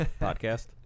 podcast